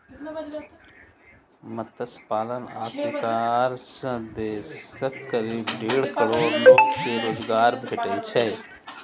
मत्स्य पालन आ शिकार सं देशक करीब डेढ़ करोड़ लोग कें रोजगार भेटै छै